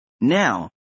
Now